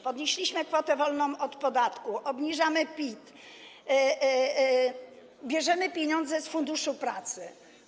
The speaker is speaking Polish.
Podnieśliśmy kwotę wolną od podatku, obniżamy PIT, bierzemy pieniądze z Funduszu Pracy.